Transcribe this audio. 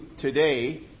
today